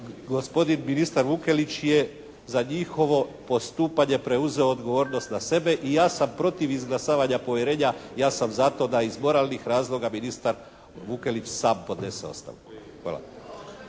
gospodin ministar Vukelić je za njihovo postupanje preuzeo odgovornost na sebe i ja sam protiv izglasavanja povjerenja. Ja sam za to da iz moralnih razloga ministar Vukelić sam podnese ostavku. Hvala.